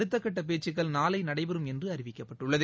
அடுத்தகட்ட பேச்சுக்கள் நாளை நடைபெறும் என்று அறிவிக்கப்பட்டுள்ளது